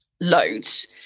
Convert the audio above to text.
loads